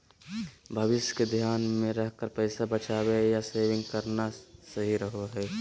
भविष्य के ध्यान मे रखकर पैसा बचावे या सेविंग करना सही रहो हय